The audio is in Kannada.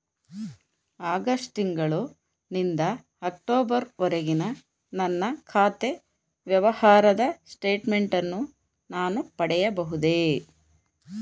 ಆಗಸ್ಟ್ ತಿಂಗಳು ನಿಂದ ಅಕ್ಟೋಬರ್ ವರೆಗಿನ ನನ್ನ ಖಾತೆ ವ್ಯವಹಾರದ ಸ್ಟೇಟ್ಮೆಂಟನ್ನು ನಾನು ಪಡೆಯಬಹುದೇ?